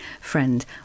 friend